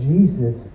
Jesus